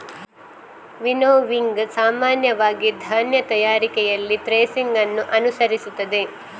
winnowing ಸಾಮಾನ್ಯವಾಗಿ ಧಾನ್ಯ ತಯಾರಿಕೆಯಲ್ಲಿ ಥ್ರೆಸಿಂಗ್ ಅನ್ನು ಅನುಸರಿಸುತ್ತದೆ